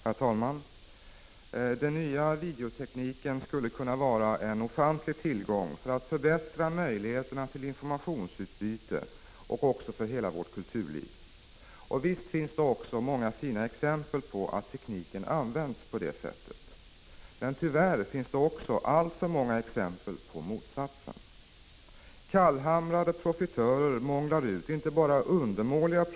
Herr talman! Den nya videotekniken skulle kunna vara en ofantlig tillgång när det gäller att förbättra möjligheterna till informationsutbyte och för hela vårt kulturliv. Visst finns det också många fina exempel på att tekniken används på det sättet, men tyvärr finns det alltför många exempel på motsatsen. Kallhamrade profitörer månglar ut inte bara undermåliga = Prot.